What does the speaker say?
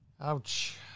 Ouch